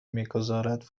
میگذارد